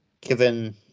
given